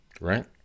Right